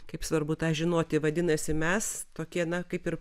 kaip svarbu tą žinoti vadinasi mes tokie kaip ir